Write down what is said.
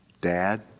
dad